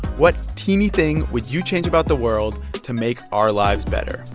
what teeny thing would you change about the world to make our lives better?